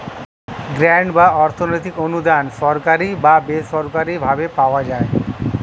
grant বা অর্থনৈতিক অনুদান সরকারি বা বেসরকারি ভাবে পাওয়া যায়